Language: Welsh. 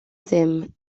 ddim